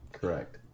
correct